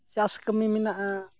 ᱪᱟᱥ ᱠᱟᱹᱢᱤ ᱢᱮᱱᱟᱜᱼᱟ